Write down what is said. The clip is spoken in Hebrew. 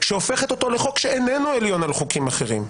שהופכת אותו לחוק שאיננו עליון על חוקים אחרים.